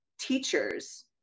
teachers